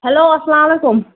hello السلام علیکُم